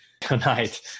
Tonight